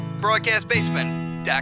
Broadcastbasement.com